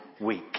week